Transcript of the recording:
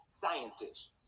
scientists